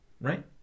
right